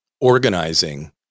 organizing